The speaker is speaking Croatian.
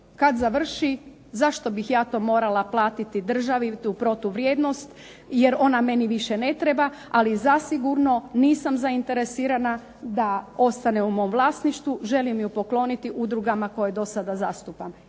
kad završi zašto bih ja to morala platiti državi, tu protuvrijednost, jer ona meni više ne treba, ali zasigurno nisam zainteresirana da ostane u mom vlasništvu, želim ju pokloniti udrugama koje do sada zastupam,